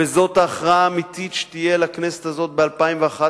וזאת ההכרעה האמיתית שתהיה לכנסת הזאת ב-2011,